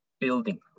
building